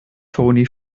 toni